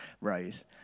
rose